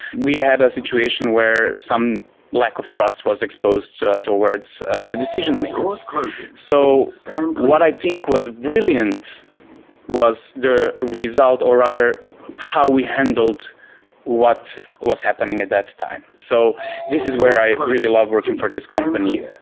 we had a situation where some lack of trust was exposed towards the decision-makers so what i think was brilliant was the result or rather how we handled what was happening at that time. so this is where i really love working for this company.